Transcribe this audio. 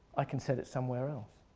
i can set it somewhere else.